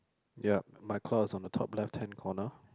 yup my claw is on the top left hand corner